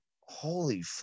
Holy